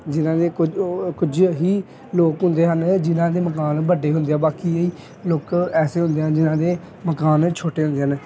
ਜਿਹਨਾਂ ਦੇ ਕੁਝ ਕੁਝ ਹੀ ਲੋਕ ਹੁੰਦੇ ਹਨ ਜਿਹਨਾਂ ਦੇ ਮਕਾਨ ਵੱਡੇ ਹੁੰਦੇ ਆ ਬਾਕੀ ਲੋਕ ਐਸੇ ਹੁੰਦੇ ਹਨ ਜਿਹਨਾਂ ਦੇ ਮਕਾਨ ਛੋਟੇ ਹੁੰਦੇ ਹਨ